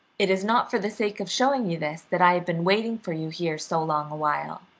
it is not for the sake of showing you this that i have been waiting for you here so long a while,